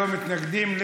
ללא מתנגדים,